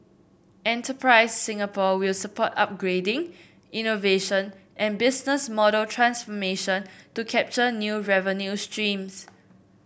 enterprise Singapore will support upgrading innovation and business model transformation to capture new revenue streams